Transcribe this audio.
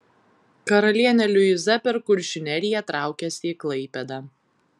karalienė liuiza per kuršių neriją traukėsi į klaipėdą